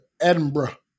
edinburgh